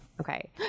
okay